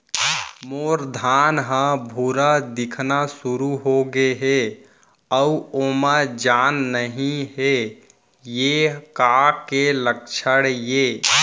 मोर धान ह भूरा दिखना शुरू होगे हे अऊ ओमा जान नही हे ये का के लक्षण ये?